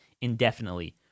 indefinitely